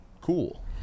cool